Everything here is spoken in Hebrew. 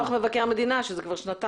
מפרסום דוח מבקר המדינה, שזה כבר שנתיים.